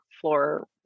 floor